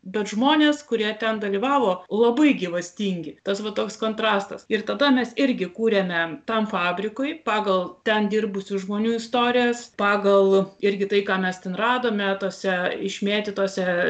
bet žmonės kurie ten dalyvavo labai gyvastingi tas va toks kontrastas ir tada mes irgi kūrėme tam fabrikui pagal ten dirbusių žmonių istorijas pagal irgi tai ką mes ten radome tose išmėtytose